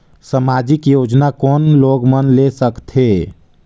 समाजिक योजना कोन लोग मन ले सकथे?